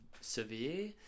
severe